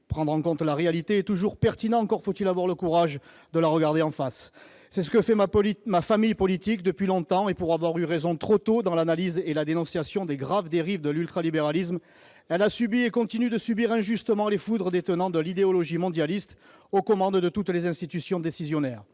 Prendre en compte la réalité est toujours pertinent, encore faut-il avoir le courage de la regarder en face. C'est ce que fait ma famille politique depuis longtemps, et, pour avoir eu raison trop tôt dans l'analyse et la dénonciation des graves dérives de l'ultralibéralisme, elle a subi et continue de subir injustement les foudres des tenants de l'idéologie mondialiste aux commandes de toutes les institutions décisionnaires.